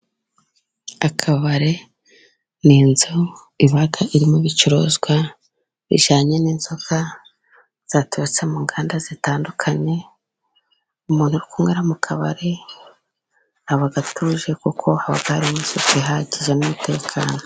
Akabare ni inzu iba irimo ibicuruzwa bijyanye n'inzoga zaturutse mu nganda zitandukanye. Umuntu uri kunwera mu kabari aba atuje, kuko haba hafite isuku ihagije n'umutekano.